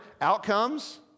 outcomes